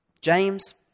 James